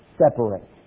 separate